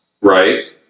right